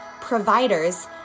providers